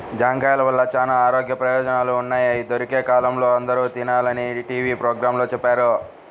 జాంకాయల వల్ల చానా ఆరోగ్య ప్రయోజనాలు ఉన్నయ్, అయ్యి దొరికే కాలంలో అందరూ తినాలని టీవీ పోగ్రాంలో చెప్పారు